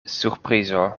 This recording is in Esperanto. surprizo